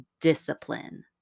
discipline